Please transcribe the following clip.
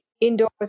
indoors